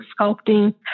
sculpting